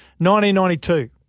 1992